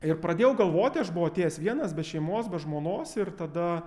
ir pradėjau galvoti aš buvau atėjęs vienas be šeimos be žmonos ir tada